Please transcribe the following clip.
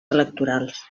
electorals